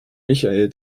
michael